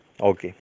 Okay